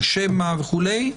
של שמע וכו',